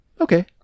okay